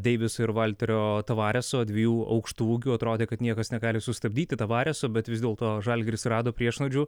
deiviso ir valterio tavareso dviejų aukštaūgių atrodė kad niekas negali sustabdyti tavareso bet vis dėlto žalgiris rado priešnuodžių